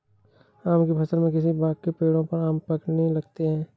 आम की फ़सल में किसी बाग़ के पेड़ों पर आम पकने लगते हैं